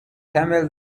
camel